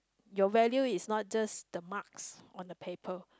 your value is not just the marks on the paper